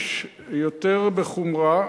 להעניש יותר בחומרה,